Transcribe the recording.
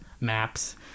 maps